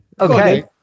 Okay